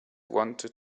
wanted